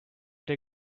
der